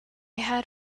had